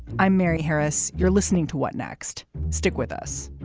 i'm mary harris. you're listening to what next. stick with us.